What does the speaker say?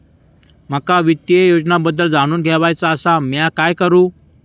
माका वित्तीय योजनांबद्दल जाणून घेवचा आसा, म्या काय करू?